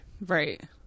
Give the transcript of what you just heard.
Right